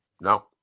No